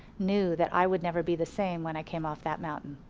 knew that i would never be the same when i came off that mountain.